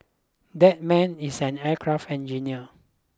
that man is an aircraft engineer